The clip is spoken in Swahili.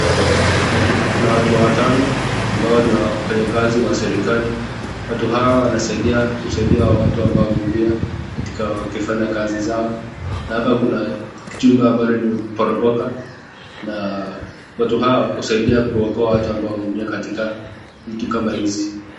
Kuna watu watano ambao ni wafanyikazi wa serikali. Watu hao wanasaidia kusaidia watu ambao wameumia wakifanya kazi zao, na hapa kuna jumba ambalo imeporomoka na watu hawa husaidia kuokoa watu ambae wameumia kutokana na vitu kama hizi.